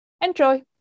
Enjoy